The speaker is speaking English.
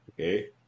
Okay